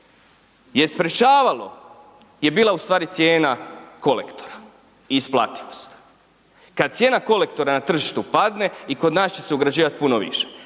je sprječavalo je bila ustvari cijena kolektora i isplativost. Kad cijena kolektora na tržištu padne i kod nas će se ugrađivati puno više.